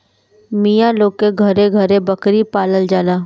मिया लोग के घरे घरे बकरी पालल जाला